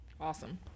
Awesome